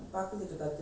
இப்பையா:ippaiya